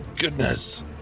goodness